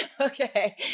Okay